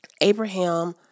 Abraham